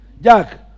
Jack